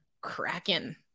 Kraken